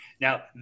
Now